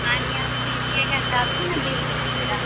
पानी आप पीजिएगा तो आप ही ना बिल दीजिएगा